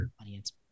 audience